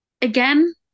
again